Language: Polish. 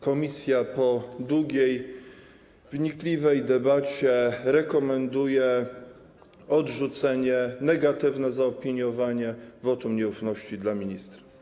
Komisja po długiej, wnikliwej debacie rekomenduje odrzucenie, negatywne zaopiniowanie wniosku o wotum nieufności dla ministra.